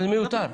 זה מיותר.